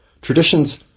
Traditions